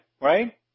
right